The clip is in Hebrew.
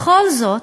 בכל זאת,